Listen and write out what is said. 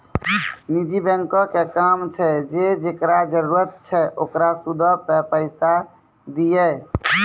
निजी बैंको के काम छै जे जेकरा जरुरत छै ओकरा सूदो पे पैसा दिये